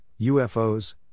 UFOs